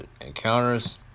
encounters